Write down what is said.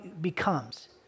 becomes